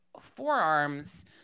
forearms